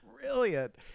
brilliant